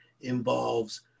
involves